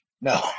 No